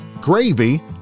gravy